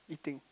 eating